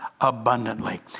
abundantly